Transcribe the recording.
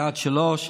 יעד 3,